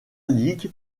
league